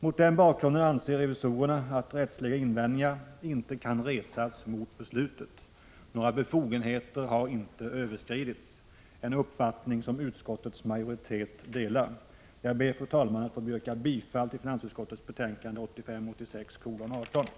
Mot den bakgrunden anser revisorerna 29 april 1986 att rättsliga invändningar mot beslutet inte kan resas och att några befogenheter inte har överskridits. Utskottets majoritet delar denna uppfatt Granskning av riksning gäldskontorets förvalt Jag ber, fru talman, att få yrka bifall till hemställan i finansutskottets ning